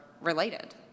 related